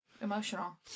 emotional